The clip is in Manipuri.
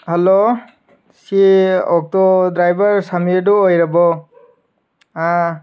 ꯍꯜꯂꯣ ꯁꯤ ꯑꯣꯛꯇꯣ ꯗ꯭ꯔꯥꯏꯕ꯭ꯔ ꯁꯃꯤꯔꯗꯣ ꯑꯣꯏꯔꯕꯣ ꯑꯥ